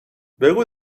بگو